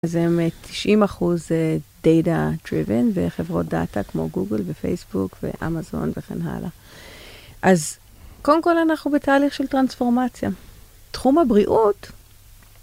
זה באמת 90% data-driven, וחברות דאטה כמו גוגל ופייסבוק ואמזון וכן הלאה. אז, קודם כל אנחנו בתהליך של טרנספורמציה. תחום הבריאות...